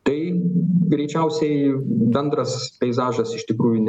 tai greičiausiai bendras peizažas iš tikrųjų nebus labai skirtingas